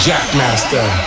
Jackmaster